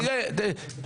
קריאה שנייה, חמד עמאר.